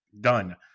done